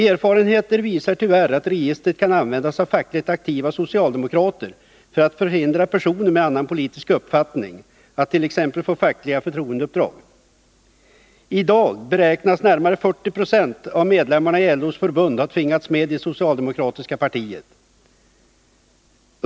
Erfarenheter visar tyvärr att registret kan användas av fackligt aktiva socialdemokrater för att hindra personer med en annan politisk uppfattning att t.ex. få fackliga förtroendeuppdrag. I dag beräknas närmare 40 96 av medlemmarna i LO:s förbund ha tvingats medi det socialdemokratiska partiet.